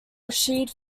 rashid